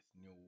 new